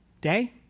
day